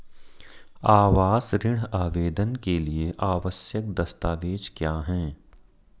आवास ऋण आवेदन के लिए आवश्यक दस्तावेज़ क्या हैं?